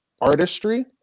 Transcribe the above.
artistry